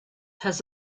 has